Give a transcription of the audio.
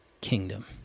kingdom